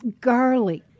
garlic